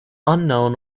unknown